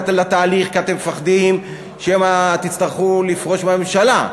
לתהליך כי אתם מפחדים שמא תצטרכו לפרוש מהממשלה,